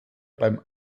beim